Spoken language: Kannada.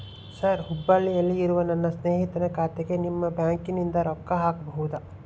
ಸರ್ ಹುಬ್ಬಳ್ಳಿಯಲ್ಲಿ ಇರುವ ನನ್ನ ಸ್ನೇಹಿತನ ಖಾತೆಗೆ ನಿಮ್ಮ ಬ್ಯಾಂಕಿನಿಂದ ರೊಕ್ಕ ಹಾಕಬಹುದಾ?